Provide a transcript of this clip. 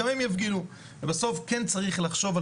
גם הם יפגינו ובסוף כן צריך לחשוב על